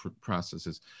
processes